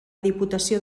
diputació